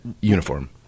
uniform